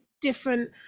different